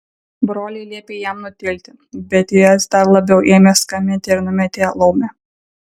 broliai liepė jam nutilti bet jis dar labiau ėmė skambinti ir numetė laumę